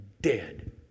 dead